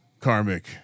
karmic